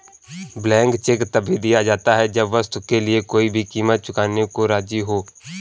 blank cheque तभी दिया जाता है जब वस्तु के लिए कोई भी कीमत चुकाने को राज़ी हो